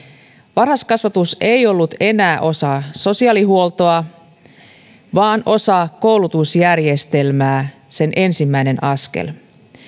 varhaiskasvatus ei ollut enää osa sosiaalihuoltoa vaan osa koulutusjärjestelmää sen ensimmäinen askel